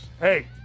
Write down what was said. Hey